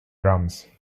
drums